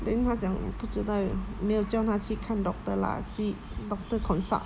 then 他讲不知道没有叫他去看 doctor lah see doctor consult